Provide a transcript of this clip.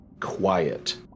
quiet